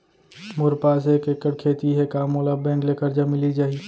मोर पास एक एक्कड़ खेती हे का मोला बैंक ले करजा मिलिस जाही?